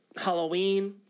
Halloween